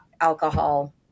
alcohol